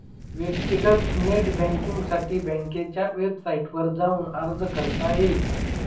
व्यक्तीगत नेट बँकींगसाठी बँकेच्या वेबसाईटवर जाऊन अर्ज करता येईल